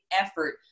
effort